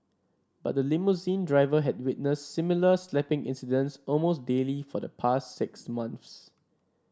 but the limousine driver had witnessed similar slapping incidents almost daily for the past six months